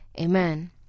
Amen